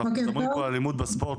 אנחנו מדברים פה על אלימות בספורט,